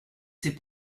c’est